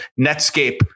Netscape